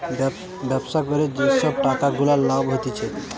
ব্যবসা করে যে সব টাকা গুলা লাভ হতিছে